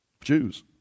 Jews